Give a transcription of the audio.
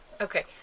Okay